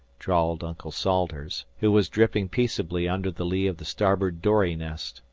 drawled uncle salters, who was dripping peaceably under the lee of the starboard dory-nest.